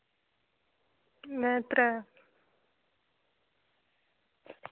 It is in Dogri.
नेईं त्रै